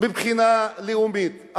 מבחינה לאומית,